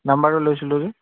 নাম্বাৰটো লৈছিলোঁ যে